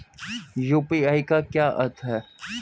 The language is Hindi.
यू.पी.आई का क्या अर्थ है?